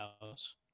house